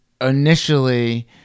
initially